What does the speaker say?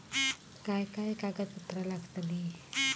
काय काय कागदपत्रा लागतील?